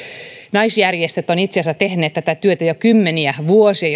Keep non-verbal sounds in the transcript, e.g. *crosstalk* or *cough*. naisjärjestöt ovat itse asiassa tehneet jo kymmeniä vuosia *unintelligible*